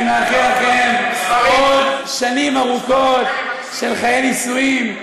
אני מאחל לכם עוד שנים ארוכות של חיי נישואין.